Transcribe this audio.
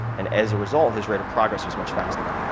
and as a result, his rate of progress was much faster.